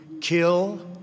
kill